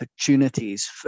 opportunities